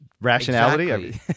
rationality